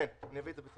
כן, אביא את זה בצו.